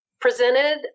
Presented